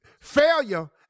Failure